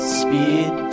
speed